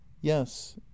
yes